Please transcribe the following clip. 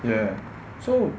ya ya so